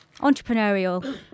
Entrepreneurial